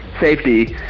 safety